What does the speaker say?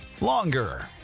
longer